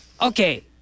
Okay